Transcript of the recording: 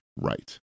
right